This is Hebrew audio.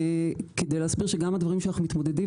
כדי להסביר שגם הדברים שאנחנו מתמודדים